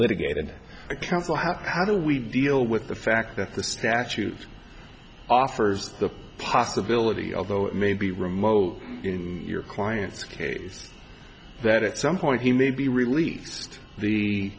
litigated council have how do we deal with the fact that the statute offers the possibility although it may be remote in your client's case that at some point he may be released the